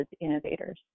innovators